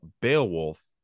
Beowulf